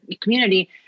community